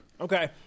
Okay